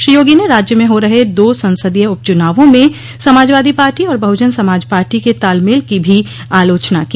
श्री योगी ने राज्य में हो रहे दो संसदीय उप चुनावों में समाजवादी पार्टी और बहुजन समाज पार्टी के तालमेल की भी आलोचना की